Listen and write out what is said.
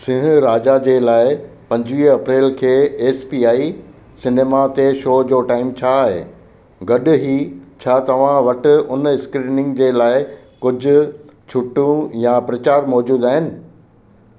सिंह राजा जे लाइ पंजवीह अप्रैल खे एस पी आई सिनेमा ते शो जो टाइम छा आहे गॾु ई छा तव्हां वटि उन स्क्रीनिंग जे लाइ कुझु छुटूं या प्रचार मौजूदु आहिनि